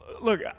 look